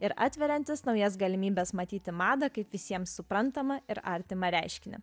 ir atveriantis naujas galimybes matyti madą kaip visiems suprantamą ir artimą reiškinį